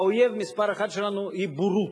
האויב מספר אחת שלנו הוא בורות,